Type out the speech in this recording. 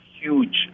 huge